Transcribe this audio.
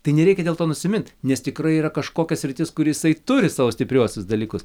tai nereikia dėl to nusimint nes tikrai yra kažkokia sritis kur jisai turi savo stipriausius dalykus